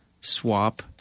swap